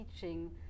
teaching